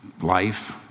life